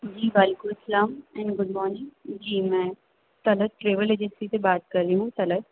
جی وعلیکم السّلام and good morning جی میں طلعت ٹریول ایجنسی سے بات کر رہی ہوں طلعت